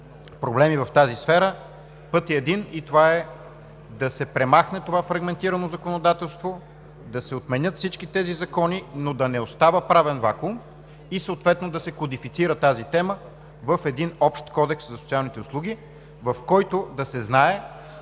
проблеми в тази сфера, е един и това е да се премахне това фрагментирано законодателство, да се отменят всички тези закони, но да не остава правен вакуум и съответно да се кодифицира тази тема в един общ кодекс за социалните услуги, в който да се знае